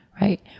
right